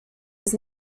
his